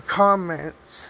comments